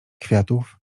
kwiatów